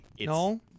No